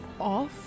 off